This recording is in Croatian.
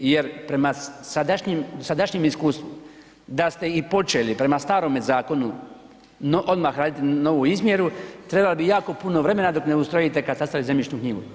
Jer prema sadašnjem iskustvu da ste i počeli prema starome zakonu odmah raditi novu izmjeru trebalo bi jako puno vremena dok ne ustrojite katastar i zemljišnu knjigu.